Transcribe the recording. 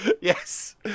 Yes